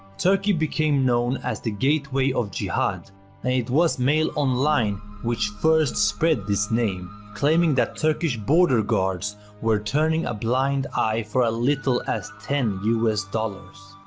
turkey became known as the gateway of jihad and it was mail online which first spread this name, claiming that turkish border guards where turning a blind eye for a little as ten us dollars.